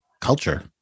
culture